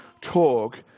talk